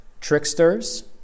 tricksters